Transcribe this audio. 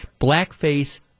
blackface